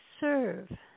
serve